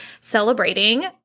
celebrating